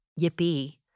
yippee